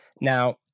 Now